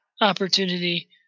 opportunity